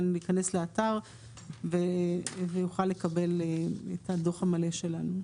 להיכנס לאתר ויוכל לקבל את הדו"ח המלא שלנו.